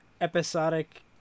Episodic